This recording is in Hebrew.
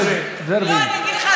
ורבין,